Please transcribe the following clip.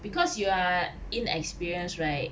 because you are inexperienced right